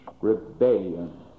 rebellion